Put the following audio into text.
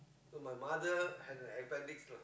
so my mother has an advantage lah